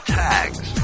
tags